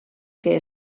que